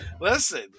listen